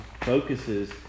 focuses